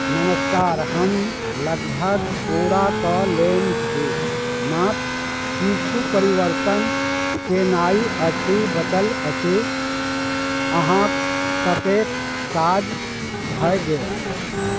नमस्कार हम लगभग पूरा कऽ लेने छी मात्र किछु परिवर्तन केनाइ अछि बचल अछि अहाँक कतेक काज भए गेल